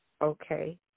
okay